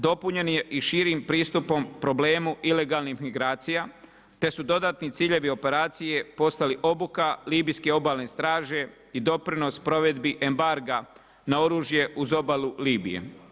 Dopunjen je i širim pristupom problemu ilegalnih migracija, te su dodatni ciljevi operacije postali obuka Libijske obalne straže i doprinos provedbi embarga na oružje uz obalu Libije.